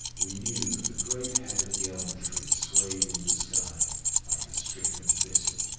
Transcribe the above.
we knew that the great head of the elm tree swayed in the sky like a stricken thistle.